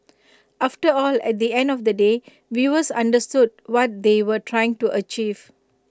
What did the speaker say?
after all at the end of the day viewers understood what they were trying to achieve